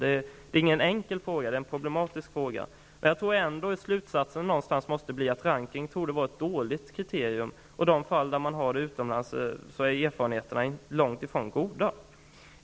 Det är alltså ingen enkel fråga; det är en problematisk fråga. Jag tror ändå att slutsatsen måste bli att ranking är ett dåligt kriterium. I de fall man har ranking utomlands är erfarenheterna långt ifrån goda.